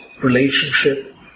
relationship